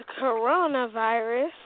coronavirus